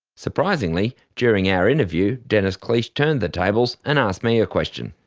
surprisingly, during our interview dennis cliche turned the tables and asked me a question.